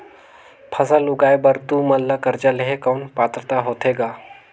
फसल उगाय बर तू मन ला कर्जा लेहे कौन पात्रता होथे ग?